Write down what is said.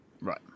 Right